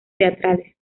teatrales